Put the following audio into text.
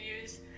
use